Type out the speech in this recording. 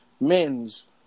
men's